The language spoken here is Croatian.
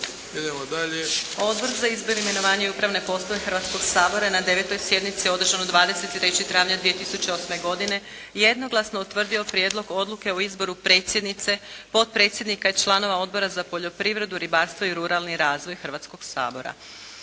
Odbor za izbor, imenovanje i upravne poslove Hrvatskog sabora je na 9. sjednici održanoj 23. travnja 2008. godine jednoglasno utvrdio Prijedlog odluke o izboru predsjednika, potpredsjednika i članova Odbora za regionalni razvoj šumarstva i vodno gospodarstvo Hrvatskog sabora.